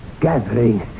gathering